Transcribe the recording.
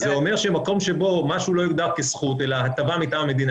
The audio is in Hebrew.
זה אומר שמקום שבו משהו לא יוגדר כזכות אלא הטבה מטעם המדינה,